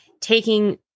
taking